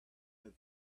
that